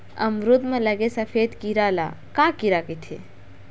अमरूद म लगे सफेद कीरा ल का कीरा कइथे?